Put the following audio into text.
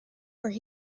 where